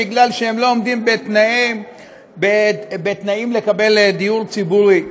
משום שהם לא עומדים בתנאים לקבל דיור ציבורי.